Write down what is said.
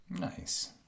Nice